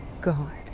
God